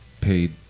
paid